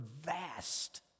vast